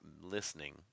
listening